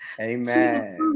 Amen